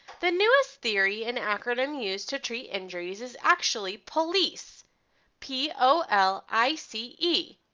the newest theory an acronym used to treat injuries is actually police p o l i c e.